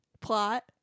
plot